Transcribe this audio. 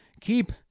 Keep